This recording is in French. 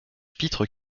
pitre